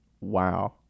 wow